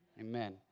Amen